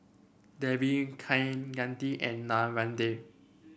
Devi Kaneganti and Narendra